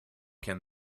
can